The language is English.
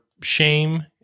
shame